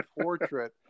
portrait